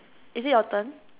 is it your turn